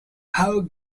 how